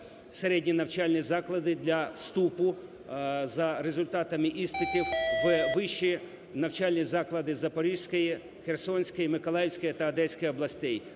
середні навчальні заклади для вступу за результатами іспитів в вищі навчальні заклади Запорізької, Херсонської, Миколаївської та Одеської областей.